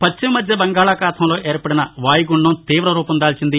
పశ్చిమ మధ్య బంగాళాఖాతంలో ఏర్పడిన వాయుగుండం తీవరూపం దాల్సింది